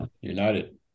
United